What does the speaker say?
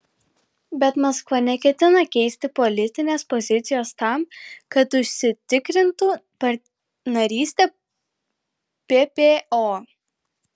bet maskva neketina keisti politinės pozicijos tam kad užsitikrintų narystę ppo